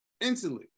Instantly